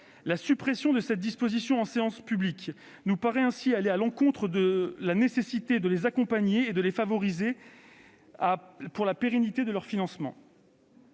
La suppression de cette disposition en séance publique nous paraît aller à l'encontre de la nécessité de les accompagner en favorisant la pérennité de leur financement.